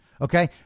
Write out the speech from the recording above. Okay